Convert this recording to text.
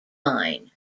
line